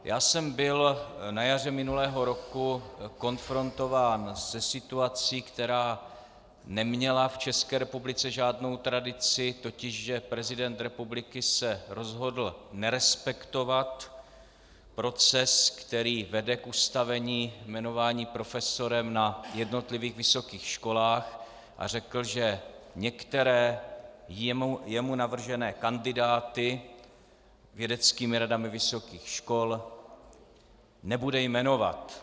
Já jsem byl na jaře minulého roku konfrontován se situací, která neměla v České republice žádnou tradici, totiž že prezident republiky se rozhodl nerespektovat proces, který vede k ustavení jmenování profesorem na jednotlivých vysokých školách, a řekl, že některé kandidáty jemu navržené vědeckými radami vysokých škol nebude jmenovat.